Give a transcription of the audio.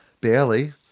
Barely